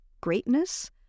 greatness